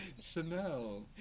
chanel